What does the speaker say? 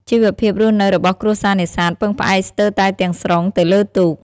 ជីវភាពរស់នៅរបស់គ្រួសារនេសាទពឹងផ្អែកស្ទើរតែទាំងស្រុងទៅលើទូក។